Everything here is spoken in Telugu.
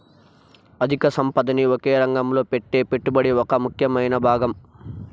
అధిక సంపదని ఒకే రంగంలో పెట్టే పెట్టుబడి ఒక ముఖ్యమైన భాగం